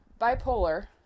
bipolar